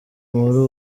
muri